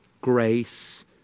grace